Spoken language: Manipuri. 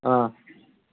ꯑꯥ